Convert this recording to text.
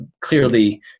clearly